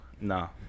no